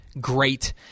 great